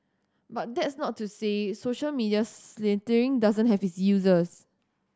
but that's not to say social media sleuthing doesn't have its users